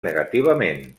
negativament